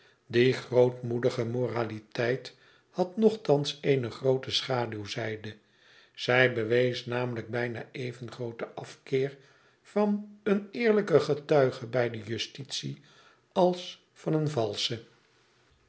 die grootmoedige moraliteit had nogthans eene groote schaduwzijde zij bewees namelijk bijna even grooten afkeer van een eerlijken getuige bij de justitie als van een valschen